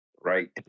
Right